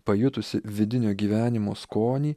pajutusi vidinio gyvenimo skonį